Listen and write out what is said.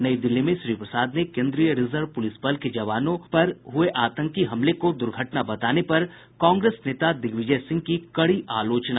नई दिल्ली में श्री प्रसाद ने केन्द्रीय रिजर्व पुलिस बल के जवानों पर हुए आतंकी हमले को दुर्घटना बताने पर कांग्रेस नेता दिग्विजय सिंह की कड़ी आलोचना की